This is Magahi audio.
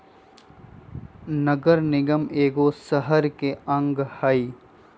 नगर निगम एगो शहरके अङग हइ